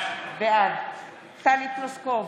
בעד טלי פלוסקוב,